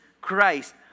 Christ